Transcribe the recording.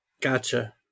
Gotcha